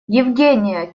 евгения